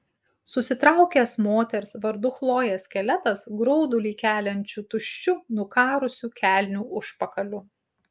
susitraukęs moters vardu chlojė skeletas graudulį keliančiu tuščiu nukarusiu kelnių užpakaliu